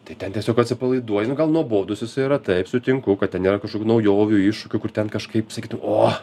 tai ten tiesiog atsipalaiduoji nu gal nuobodus jisai yra taip sutinku kad ten nėra kažkokių naujovių iššūkių kur ten kažkaip sakytum o